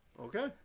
Okay